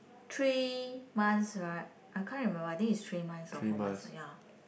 three months right I can't remember I think is three months or four months ya